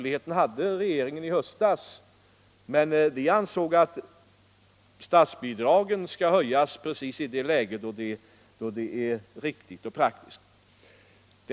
I höstas hade regeringen den möjligheten, men vi ansåg att statsbidragen skall höjas i det läge då det är praktiskt och riktigt.